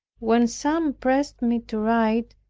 when some pressed me to write,